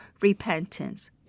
repentance